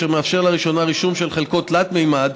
אשר מאפשר לראשונה רישום של חלקות תלת-ממד,